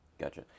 Gotcha